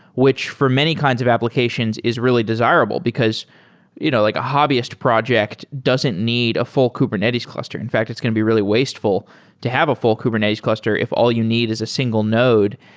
which for many kinds of applications is really desirable, because you know like a hobbyist project doesn't need a full kubernetes cluster. in fact, it's going to be really wasteful to have a full kubernetes cluster if all you need is a single node.